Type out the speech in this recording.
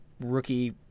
rookie